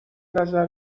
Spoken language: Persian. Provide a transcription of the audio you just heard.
نظر